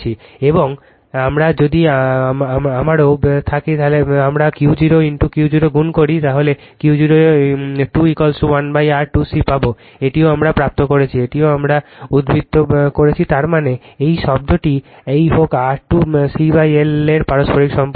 এবং আমরা যদি আমরাও থাকি যদি আমরা Q0 Q0 গুন করি তাহলে Q0 21R 2 C পাব এটিও আমরা প্রাপ্ত করেছি এটিও আমরা উদ্ভূত করেছি তার মানে এই শব্দটি এই এক R 2 CL এর পারস্পরিক সম্পর্ক